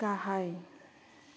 गाहाय